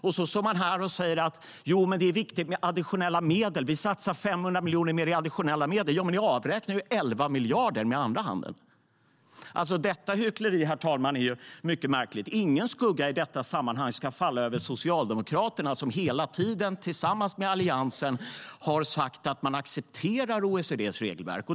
Och så står man här och säger att det är viktigt med additionella medel och säger att man satsar 500 miljoner mer i additionella medel. Ja, men ni avräknar ju 11 miljarder med den andra handen! Detta hyckleri, herr talman, är mycket märkligt. Ingen skugga ska i detta sammanhang falla över Socialdemokraterna, som hela tiden tillsammans med Alliansen har sagt att man accepterar OECD:s regelverk.